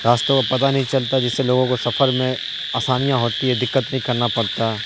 راستوں کا پتہ نہیں چلتا جس سے لوگوں کو سفر میں آسانیاں ہوتی ہے دقت نہیں کرنا پڑتا